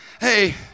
hey